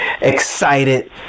excited